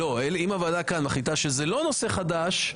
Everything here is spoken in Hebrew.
אם הוועדה כאן מחליטה שזה לא נושא חדש,